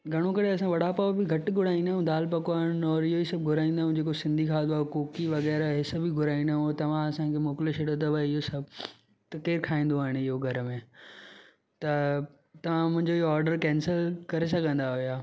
घणो करे असां वड़ा पाव बि घटि घुराईंदा आहियूं दाल पकवान और इहो ई सभु घुराईंदा आहियूं जेको सिंधी खाधो आहे कोकी वग़ैरह इहे सभु ई घुराईंदा आहियूं तव्हां असांखे मोकिले छॾो अथव इहो सभु त केरु खाईंदो हाणे इहो घर में त तव्हां मुंहिंजो इहो ऑडर कैंसिल करे सघंदा आहियो इहा